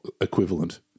equivalent